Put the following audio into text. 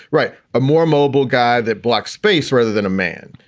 right a more mobile guy that block space rather than a man,